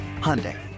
Hyundai